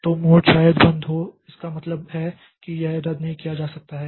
तो मोड शायद बंद हो इसका मतलब है कि यह रद्द नहीं किया जा सकता है